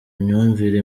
imyumvire